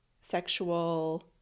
sexual